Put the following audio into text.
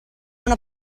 una